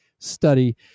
study